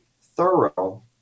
thorough